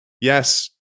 yes